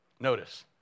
Notice